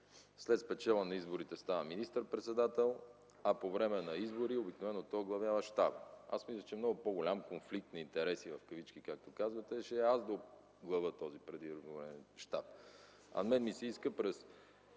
след спечелване на изборите става министър-председател, а по време на избори обикновено оглавява щаба. Аз мисля, че много по-голям конфликт на интереси в кавички, както казвате, ще е аз да оглавя този предизборен щаб. На мен ми се иска през